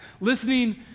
listening